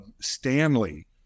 Stanley